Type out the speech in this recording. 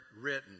written